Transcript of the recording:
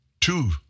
Two